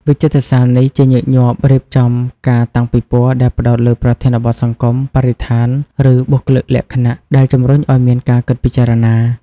វិចិត្រសាលនេះជាញឹកញាប់រៀបចំការតាំងពិពណ៌ដែលផ្តោតលើប្រធានបទសង្គម បរិស្ថាន ឬបុគ្គលិកលក្ខណៈ ដែលជំរុញឲ្យមានការគិតពិចារណា។